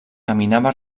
caminava